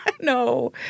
No